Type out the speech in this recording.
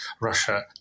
Russia